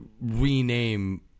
rename